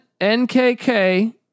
NKK